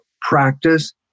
practice